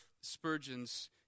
Spurgeon's